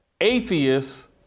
atheists